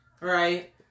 Right